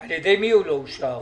על ידי מי הוא לא אושר?